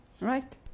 Right